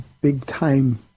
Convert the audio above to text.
big-time